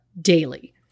daily